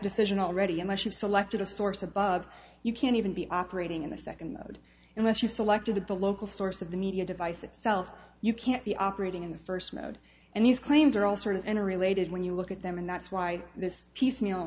decision already unless you've selected a source above you can't even be operating in the second mode unless you've selected the local source of the media device itself you can't be operating in the first mode and these claims are all sort of enter related when you look at them and that's why this piecemeal